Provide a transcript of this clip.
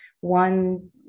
one